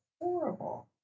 horrible